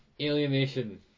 Alienation